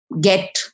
get